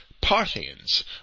Parthians